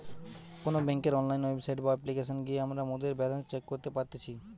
কোনো বেংকের online website বা অপ্লিকেশনে গিয়ে আমরা মোদের ব্যালান্স চেক করি পারতেছি